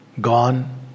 gone